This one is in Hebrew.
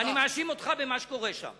ואני מאשים אותך במה שקורה שם.